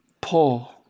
Paul